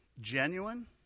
genuine